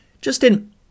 Justin